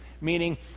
Meaning